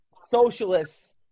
socialists